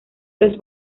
los